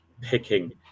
picking